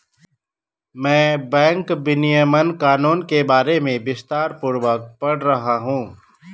मैं बैंक विनियमन कानून के बारे में विस्तारपूर्वक पढ़ रहा हूं